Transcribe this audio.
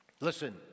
Listen